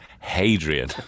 Hadrian